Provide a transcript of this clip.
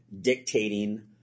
dictating